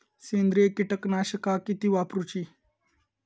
सेंद्रिय कीटकनाशका किती वापरूची?